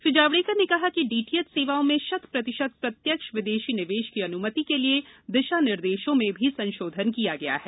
श्री जावडेकर ने कहा कि डीटीएच सेवाओं में शत प्रतिशत प्रत्यक्ष विदेशी निवेश की अनुमति के लिए भी दिशा निर्देशों में भी संशोधन किया गया है